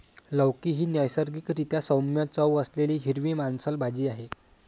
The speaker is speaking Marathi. लौकी ही नैसर्गिक रीत्या सौम्य चव असलेली हिरवी मांसल भाजी आहे